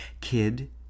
kid